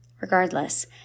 Regardless